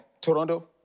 Toronto